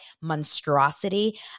monstrosity